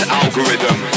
algorithm